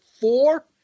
four